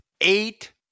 eight